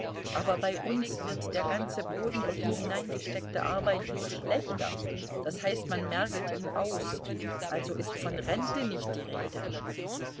aber bei uns wird der ganze boden durch die hineingesteckte arbeit nur schlechter das heißt man mergelt ihn aus also ist von rente nicht die rede